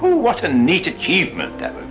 what a neat achievement that would